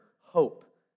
hope